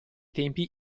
tempi